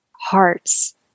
hearts